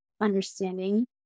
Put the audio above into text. understanding